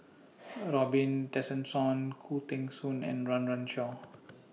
Robin Tessensohn Khoo Teng Soon and Run Run Shaw